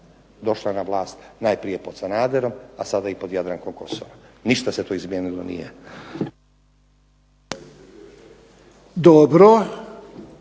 došla na vlast. Najprije pod Sanaderom, a sada i pod Jadrankom Kosor. Ništa se tu izmijenilo nije.